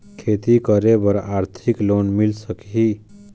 खेती करे बर आरथिक लोन मिल सकही?